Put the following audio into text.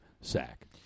sack